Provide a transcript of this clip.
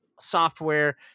software